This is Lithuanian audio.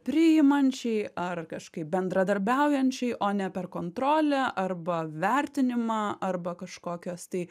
priimančiai ar kažkaip bendradarbiaujančiai o ne per kontrolę arba vertinimą arba kažkokios tai